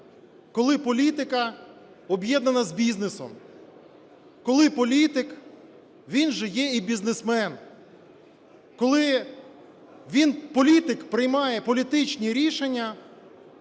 коли політика об'єднана з бізнесом, коли політик - він же є і бізнесмен, коли він, політик, приймає політичні рішення